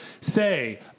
Say